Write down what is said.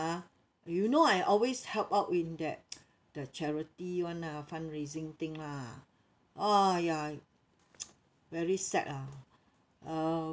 you know I always help out in that the charity [one] ah fundraising thing lah oh I very sad lah uh